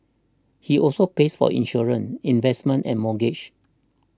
he also pays for insurance investments and mortgage